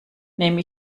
nehme